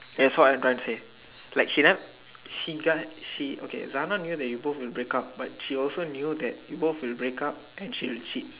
that's what I'm trying to say Sarah knew that you both in break up and she also knew that both will break and she will cheat